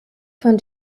von